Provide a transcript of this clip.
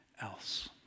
else